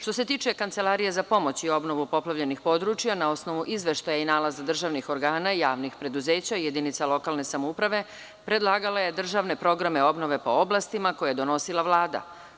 Što se tiče Kancelarije za pomoć i obnovu poplavljenih područja, na osnovu izveštaja i nalaza državnih organa, javnih preduzeća i jedinica lokalne samouprave, predlagala je državne programe obnove po oblastima koje je donosila Vlada.